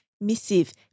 missive